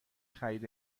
خرید